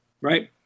right